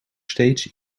steeds